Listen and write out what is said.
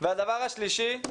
והדבר השלישי,